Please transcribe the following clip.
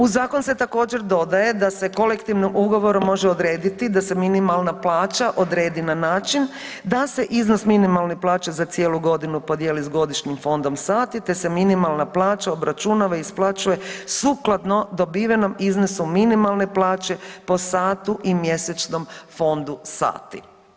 U zakon se također dodaje da se kolektivnim ugovorom može odrediti da se minimalna plaća odredi na način da se iznos minimalnih plaća za cijelu godinu podijeli s godišnjim fondom sati te se minimalna plaća obračunava i isplaćuje sukladno dobivenom iznosu minimalne plaće po satu i mjesečnom fondu sati.